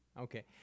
Okay